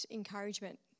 encouragement